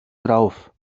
drauf